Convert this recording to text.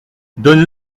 donne